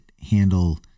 handle